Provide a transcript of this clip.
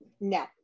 no